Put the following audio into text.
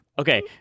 Okay